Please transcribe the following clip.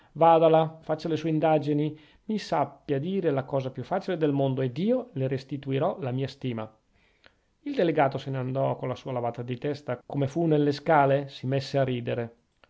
vada là faccia le sue indagini mi sappia dire la cosa più facile del mondo ed io le restituirò la mia stima il delegato se ne andò con la sua lavata di testa come fu nelle scale si messe a ridere